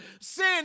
sin